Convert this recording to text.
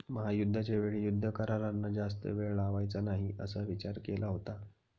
महायुद्धाच्या वेळी युद्ध करारांना जास्त वेळ लावायचा नाही असा विचार केला होता